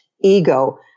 ego